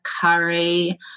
curry